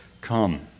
come